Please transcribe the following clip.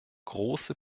große